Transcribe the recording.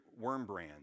Wormbrand